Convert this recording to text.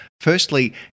Firstly